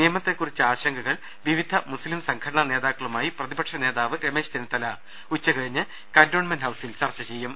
നിയമത്തെ ക്കുറിച്ച് ആശങ്കകൾ വിവിധ മുസ്ലിം സംഘടനാ നേതാക്കളുമായി പ്രതി പക്ഷനേതാവ് രമേശ് ചെന്നിത്തല ഉച്ചകഴിഞ്ഞ് കന്റോൺമെന്റ ഹൌസിൽ ചർച്ച ചെയ്യും